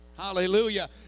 Hallelujah